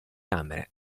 camera